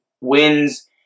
wins